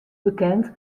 bekend